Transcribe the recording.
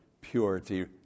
purity